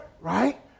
right